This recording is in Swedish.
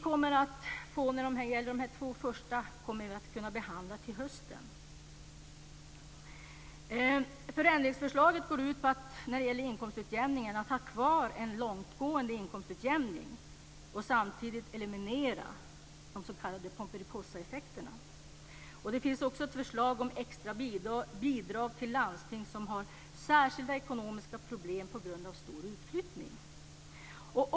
De två första frågorna kommer vi att kunna behandla till hösten. Förändringsförslaget när det gäller inkomstutjämningen går ut på att ha kvar en långtgående inkomstutjämning och samtidigt eliminera de s.k. pomperipossaeffekterna. Det finns också ett förslag om extra bidrag till landsting som har särskilda ekonomiska problem på grund av stor utflyttning.